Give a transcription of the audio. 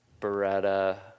Beretta